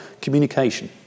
communication